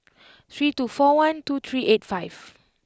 three two four one two three eight five